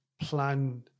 plan